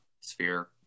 sphere